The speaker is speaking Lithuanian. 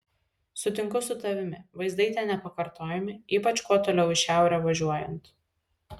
sutinku su tavimi vaizdai ten nepakartojami ypač kuo toliau į šiaurę važiuojant